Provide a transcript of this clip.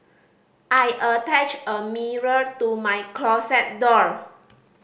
I attached a mirror to my closet door